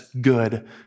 good